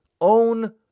own